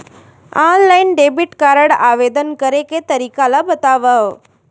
Online debit card आवेदन करे के तरीका ल बतावव?